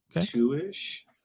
Two-ish